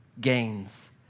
gains